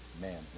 man